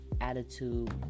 attitude